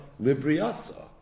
libriasa